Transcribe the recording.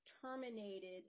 terminated